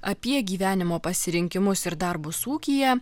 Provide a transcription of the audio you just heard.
apie gyvenimo pasirinkimus ir darbus ūkyje